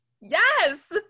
yes